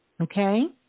Okay